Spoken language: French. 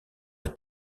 est